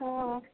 हँ